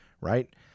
Right